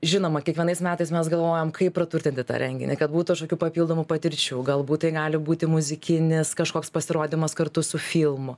žinoma kiekvienais metais mes galvojam kaip praturtinti tą renginį kad būtų ašokių papildomų patirčių galbūt tai gali būti muzikinis kažkoks pasirodymas kartu su filmu